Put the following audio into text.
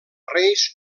reis